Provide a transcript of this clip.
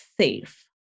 safe